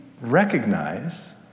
recognize